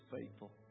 faithful